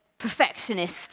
perfectionist